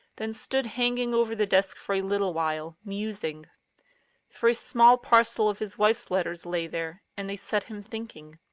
then stood hanging over the desk for a little while, musing for a small parcel of his wife's letters lay there, and they set him thinking.